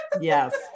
yes